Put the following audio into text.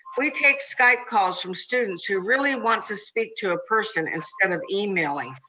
we take skype calls from students who really want to speak to a person, instead of emailing.